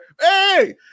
Hey